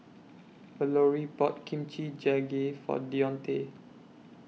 Valorie bought Kimchi Jjigae For Deontae